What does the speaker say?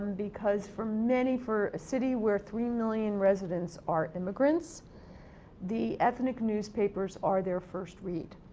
because for many, for a city where three million residents are immigrants the ethnic newspapers are their first read.